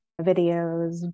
videos